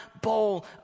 bowl